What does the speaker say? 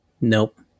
Nope